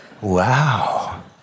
Wow